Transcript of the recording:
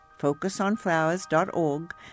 focusonflowers.org